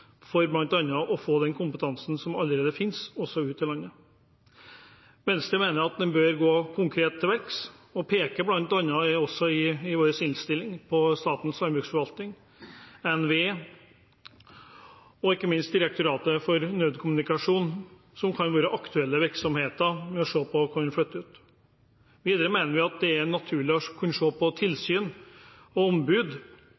for bl.a. å få den kompetansen som allerede finnes, ut i landet. Venstre mener at en bør gå konkret til verks, og peker bl.a. i vår innstilling på Statens landbruksforvaltning, NVE og ikke minst Direktoratet for nødkommunikasjon, som kan være aktuelle virksomheter en kunne flytte ut. Videre mener vi det er naturlig å kunne se på